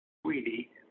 Sweetie